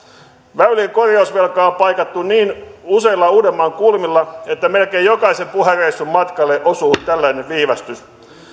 väylien korjausvelkaa on paikattu niin useilla uudenmaan kulmilla että melkein jokaisen puhereissun matkalle osuu tällainen viivästys